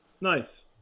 Nice